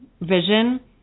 vision